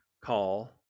call